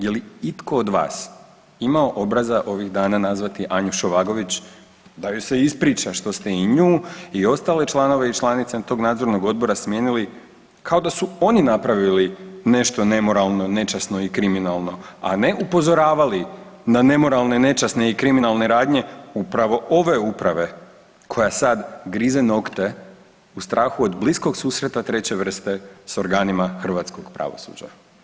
Je li itko od vas imao obraza ovih dana nazvati Anju Šovagović da joj se ispriča što ste i nju i ostale članove i članice tog nadzornog odbora smijenili kao da su oni napravili nešto nemoralno, nečasno i kriminalno, a ne upozoravali na nemoralne, nečasne i kriminalne radnje upravo ove uprave koja sad grize nokte u strahu od bliskog susreta treće vrste s organima hrvatskog pravosuđa.